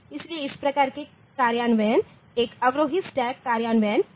इसलिए इस प्रकार का कार्यान्वयन एक अवरोही स्टैक कार्यान्वयन है